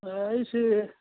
ꯑꯩꯁꯤ